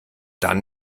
dann